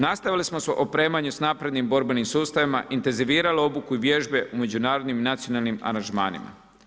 Nastavili smo opremanje s naprednim borbenim sustavima, intenzivirali obuku i vježbe u međunarodnim i nacionalnim aranžmanima.